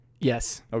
Yes